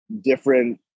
different